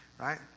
Right